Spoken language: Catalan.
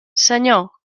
senyor